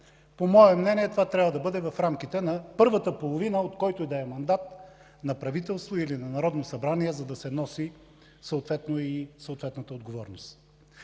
По мое мнение това трябва да бъде в рамките на първата половина, от който и да е мандат на правителство или Народно събрание, за да се носи и съответната отговорност.